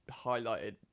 highlighted